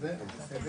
ל- HOT